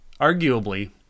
Arguably